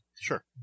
sure